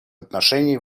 отношений